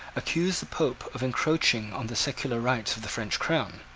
accused the pope of encroaching on the secular rights of the french crown,